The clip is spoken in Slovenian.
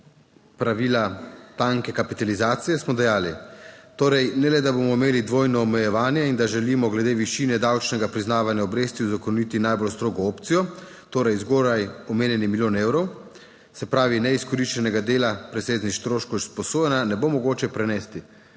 pravila tanke kapitalizacije, smo dejali: Torej ne le, da bomo imeli dvojno omejevanje in da želimo glede višine davčnega priznavanja obresti uzakoniti najbolj strogo opcijo, torej zgoraj omenjeni milijon evrov, se pravi neizkoriščenega dela presežnih stroškov izposojanja, ne bo mogoče prenesti.